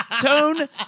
tone